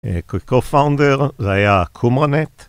קויקו פאונדר, זה היה כומרנט